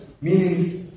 meanings